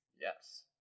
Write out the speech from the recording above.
Yes